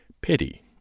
pity